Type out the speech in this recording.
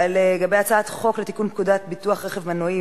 הצעת חוק לתיקון פקודת ביטוח רכב מנועי